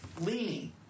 leaning